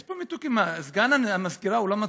יש פה מתוקים, מה, סגן המזכירה הוא לא מתוק?